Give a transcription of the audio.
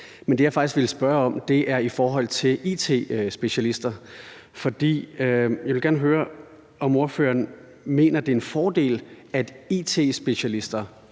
Men det, jeg faktisk vil spørge om, er i forhold til it-specialister, for jeg vil gerne høre, om ordføreren mener, det er en fordel, at it-specialister